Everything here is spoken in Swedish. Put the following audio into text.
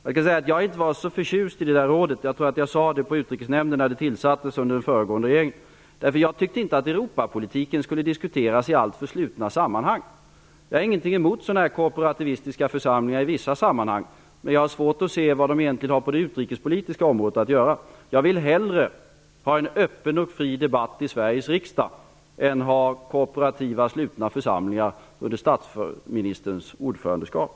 Jag var inte särskilt förtjust i det rådet. Jag tror att jag sade det i Utrikesnämnden när rådet tillsattes under den föregående regeringen. jag tyckte inte att Europapolitiken skulle diskuteras i alltför slutna sammanhang. I vissa sammanhang har jag inget emot korporativistiska sammanslutningar, men jag har svårt att se vad de egentligen har på det utrikespolitiska området att göra. Jag vill hellre ha en öppen och fri debatt i Sveriges riksdag än korporativa, slutna församlingar under statsministerns ordförandeskap.